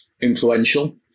influential